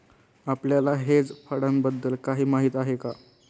आपल्याला हेज फंडांबद्दल काही माहित आहे का?